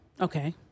Okay